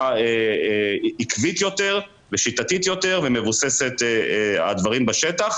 עקבית יותר ושיטתית יותר ומבוססת הדברים בשטח,